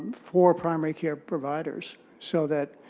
for primary care providers so that